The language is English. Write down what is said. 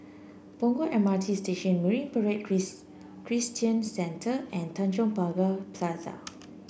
Punggol M R T Station Marine Parade Christian Centre and Tanjong Pagar Plaza